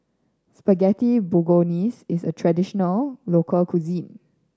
Spaghetti Bolognese is a traditional local cuisine